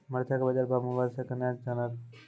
मरचा के बाजार भाव मोबाइल से कैनाज जान ब?